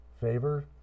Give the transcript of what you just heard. favor